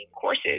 courses